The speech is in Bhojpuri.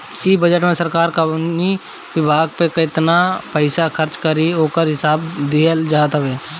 इ बजट में सरकार कवनी विभाग पे केतना पईसा खर्च करी ओकर हिसाब दिहल जात हवे